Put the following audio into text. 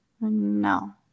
No